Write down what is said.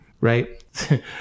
Right